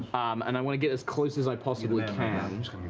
and i want to get as close as i possibly can.